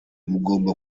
mugomba